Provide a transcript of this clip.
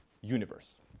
universe